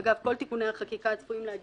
עם כל הכבוד גם לחלב ולשרה ולדינה ולאחרים,